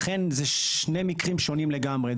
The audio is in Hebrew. לכן, זה שני מקרים שונים לגמרי.